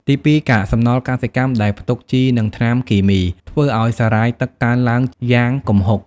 ទីពីរ កាកសំណល់កសិកម្មដែលផ្ទុកជី និងថ្នាំគីមី ធ្វើឱ្យសារ៉ាយទឹកកើនឡើងយ៉ាងគំហុក។